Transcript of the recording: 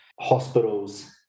hospitals